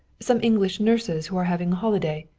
some english nurses who are having holiday.